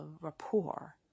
rapport